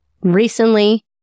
recently